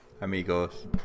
Amigos